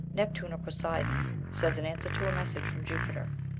neptune, or poseidon, says, in answer to a message from jupiter,